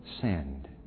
send